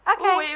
okay